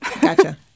Gotcha